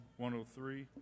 103